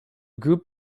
group